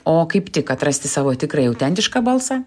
o kaip tik atrasti savo tikrąjį autentišką balsą